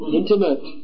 intimate